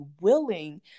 willing